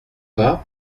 pas